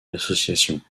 l’association